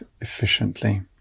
efficiently